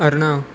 अरिड़हं